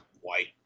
white